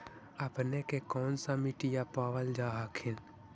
अपने के कौन सा मिट्टीया पाबल जा हखिन?